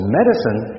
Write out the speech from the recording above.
medicine